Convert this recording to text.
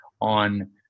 on